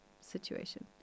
situation